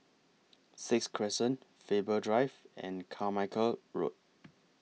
Sixth Crescent Faber Drive and Carmichael Road